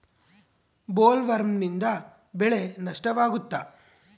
ಬೊಲ್ವರ್ಮ್ನಿಂದ ಬೆಳೆಗೆ ನಷ್ಟವಾಗುತ್ತ?